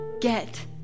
get